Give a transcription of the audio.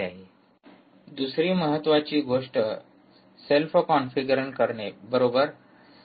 slide वेळ पहा 2058 दुसरी महत्वाची गोष्ट सेल्फकॉन्फिगर करणे बरोबर